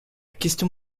question